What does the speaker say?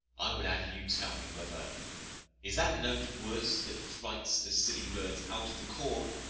i would have you tell me whether is that note worse that frights the silly birds out of the corn,